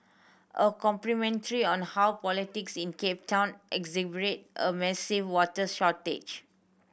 a commentary on how politics in Cape Town exacerbated a massive water shortage